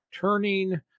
turning